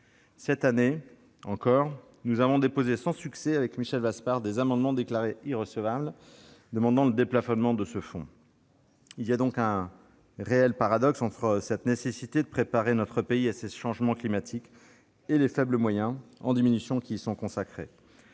L'automne dernier, nous avons déposé sans succès, avec Michel Vaspart, des amendements, déclarés irrecevables, demandant de nouveau le déplafonnement du fonds. Il y a donc un réel paradoxe entre cette nécessité de préparer la France à ces changements climatiques et les faibles moyens, de surcroît en diminution, qui y sont consacrés.